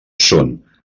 són